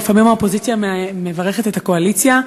לפעמים האופוזיציה מברכת את הקואליציה,